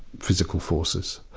physical forces.